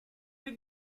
del